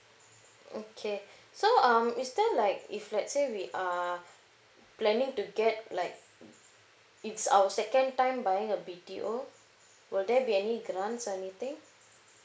okay so um is there like if let's say we are planning to get like it's our second time buying a B_T_O will there be any grants anything